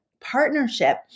partnership